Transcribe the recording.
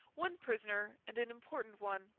one prisoner, and an important one,